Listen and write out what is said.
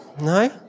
No